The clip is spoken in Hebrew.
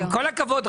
עם כל הכבוד,